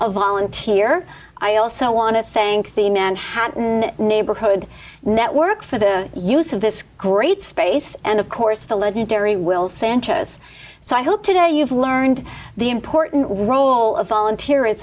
a volunteer i also want to thank the manhattan neighborhood network for their use of this great space and of course the legendary will sanchez so i hope today you've learned the important role of volunteer